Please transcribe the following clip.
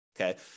okay